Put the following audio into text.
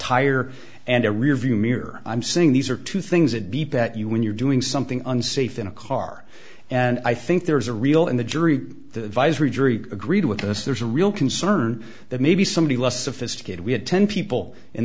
tire and a rearview mirror i'm saying these are two things that beep that you when you're doing something unsafe in a car and i think there's a real in the jury the visor jury agreed with us there's a real concern that maybe somebody's less sophisticated we had ten people in